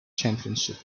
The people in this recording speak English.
championship